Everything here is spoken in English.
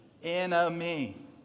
enemy